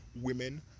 women